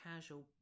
casual